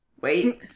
Wait